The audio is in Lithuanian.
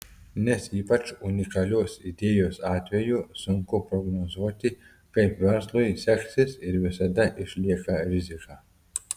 nes ypač unikalios idėjos atveju sunku prognozuoti kaip verslui seksis ir visada išlieka rizika